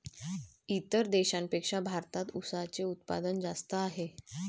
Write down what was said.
इतर देशांपेक्षा भारतात उसाचे उत्पादन जास्त आहे